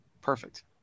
perfect